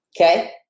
Okay